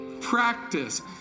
Practice